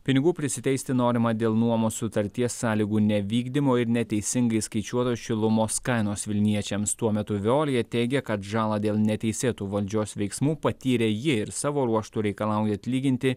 pinigų prisiteisti norima dėl nuomos sutarties sąlygų nevykdymo ir neteisingai įskaičiuotos šilumos kainos vilniečiams tuo metu veolia teigė kad žalą dėl neteisėtų valdžios veiksmų patyrė ji ir savo ruožtu reikalauja atlyginti